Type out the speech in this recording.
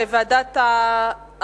לדיון מוקדם בוועדת העבודה,